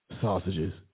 sausages